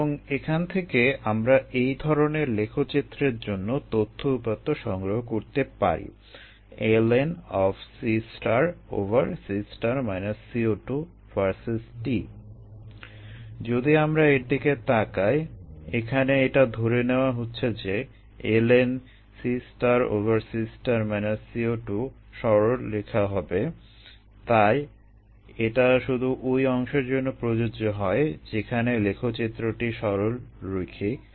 এবং এখান থেকে আমরা এই ধরনের লেখচিত্রের জন্য তথ্য উপাত্ত সংগ্রহ করতে পারি যদি আমরা এর দিকে তাকাই এখানে এটা ধরে নেওয়া হচ্ছে যে সরলরেখা হবে তাই এটা শুধু ওই অংশের জন্যই প্রযোজ্য হয় যেখানে লেখচিত্রটি সরলরৈখিক